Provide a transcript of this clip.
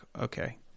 okay